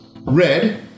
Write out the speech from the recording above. Red